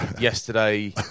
yesterday